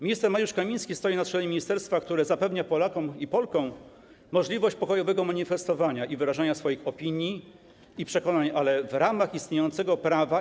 Minister Mariusz Kamiński stoi na czele ministerstwa, które zapewnia Polakom i Polkom możliwość pokojowego manifestowania i wyrażania swoich opinii i przekonań, ale w ramach istniejącego prawa.